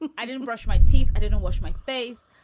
and i didn't brush my teeth. i didn't wash my face.